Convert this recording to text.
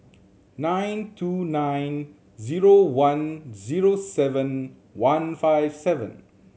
nine two nine zero one zero seven one five seven